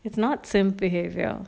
it's not sims behaviour